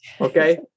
Okay